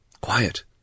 Quiet